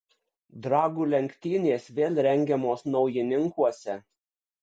dragų lenktynės vėl rengiamos naujininkuose